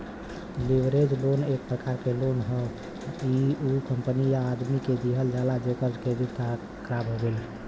leverage loan एक प्रकार क लोन इ उ कंपनी या आदमी के दिहल जाला जेकर क्रेडिट ख़राब हौ